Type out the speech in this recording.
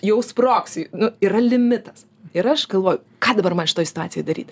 jau sprogs nu yra limitas ir aš galvoju ką dabar man šitoj situacijoj daryti